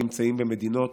נמצאים במדינות